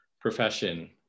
profession